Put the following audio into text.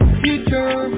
future